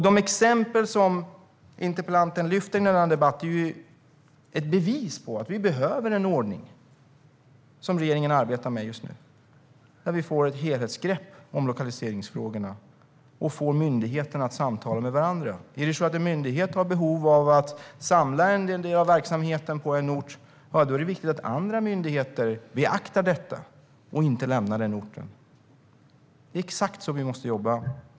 De exempel som interpellanten lyfter fram i denna debatt är ju ett bevis på att vi behöver den ordning som regeringen arbetar med just nu, där vi får ett helhetsgrepp om lokaliseringsfrågorna och får myndigheterna att samtala med varandra. Är det så att en myndighet har behov av att samla en del av verksamheten på en ort, ja, då är det viktigt att andra myndigheter beaktar detta och inte lämnar den orten. Det är exakt så vi måste jobba.